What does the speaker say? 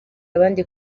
abandi